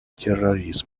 терроризм